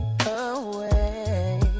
away